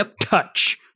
touch